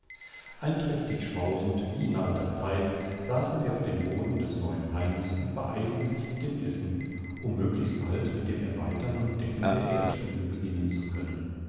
einträchtig schmausend wie in alter zeit saßen sie auf dem boden des neuen heims und beeilten sich mit dem essen um möglichst bald mit dem erweitern und decken der erdstube beginnen zu können